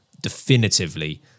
definitively